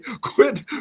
quit